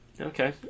Okay